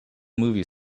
movie